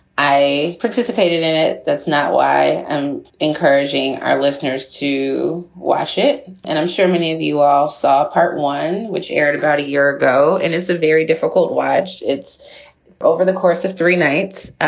i participated in it. that's not why i'm encouraging our listeners to wash it and i'm sure many of you all saw part one, which aired about a year ago. and it's a very difficult watch it's over the course of three nights,